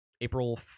April